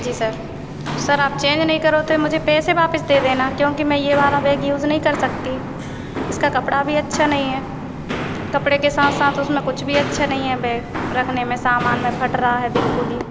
जी sir sir आप change नहीं करो तो मुझे पैसे वापस दे देना क्योंकी मै ये वाला बैग यूज़ नहीं कर सकती इसका कपड़ा भी अच्छा नहीं है कपड़े के साथ साथ उसमें कुछ भी अच्छे नहीं है बैग रखने में सामान में फट रहा है बिल्कुल ही